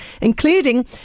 including